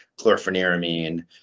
chlorpheniramine